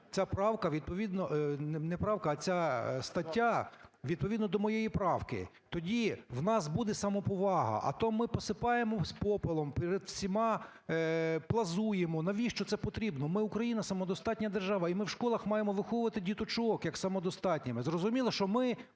ця правка відповідно, не правка, а ця стаття відповідно до моєї правки. Тоді в нас буде самоповага. А то ми посипаємось попелом, перед всіма плазуємо. Навіщо це потрібно? Ми, Україна, самодостатня держава. І ми в школах маємо виховувати діточок самодостатніми. Зрозуміло, що ми